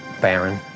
Baron